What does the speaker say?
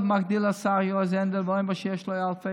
מגדיל לעשות השר יועז הנדל ואומר שיש לו אלפי